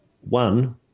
One